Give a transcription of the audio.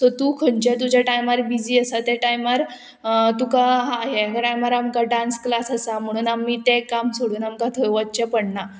so तूं खंयचे तुज्या टायमार बिजी आसा ते टायमार तुका हे टायमार आमकां डांस क्लास आसा म्हणून आमी तें काम सोडून आमकां थंय वचचें पडना